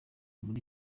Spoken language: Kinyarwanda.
muri